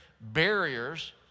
barriers